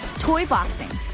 toy boxing.